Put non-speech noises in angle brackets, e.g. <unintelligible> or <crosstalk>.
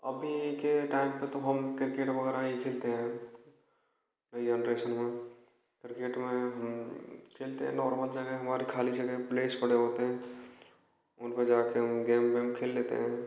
अभी के टैम पे तो हम किर्केट वगैरह ही खेलते हैं ये <unintelligible> किर्केट में हम खेलते हैं नौर्मल जगह हमारी खाली जगह प्लेस पड़े होते हैं उन पे जाके हम गेम वेम खेल लेते हैं